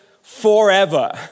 forever